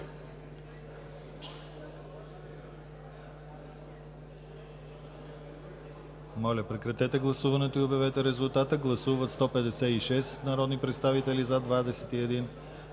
Моля, прекратете гласуването и обявете резултат. Гласували 196 народни представители: за